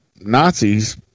Nazis